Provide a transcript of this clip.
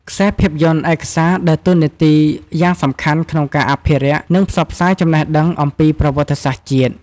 ខ្សែភាពយន្តឯកសារដើរតួនាទីយ៉ាងសំខាន់ក្នុងការអភិរក្ស និងផ្សព្វផ្សាយចំណេះដឹងអំពីប្រវត្តិសាស្ត្រជាតិ។